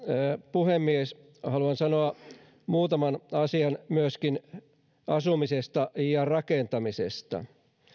puhemies haluan sanoa muutaman asian myöskin asumisesta ja rakentamisesta